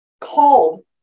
called